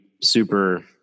super